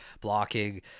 blocking